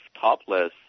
topless